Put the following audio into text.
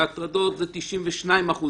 בהטרדות זה 92% שנסגרים,